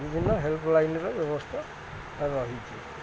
ବିଭିନ୍ନ ହେଲ୍ପ ଲାଇନର ବ୍ୟବସ୍ଥା ରହିଛି